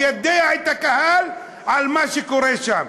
ליידע את הקהל במה שקורה שם.